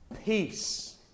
peace